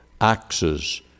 axes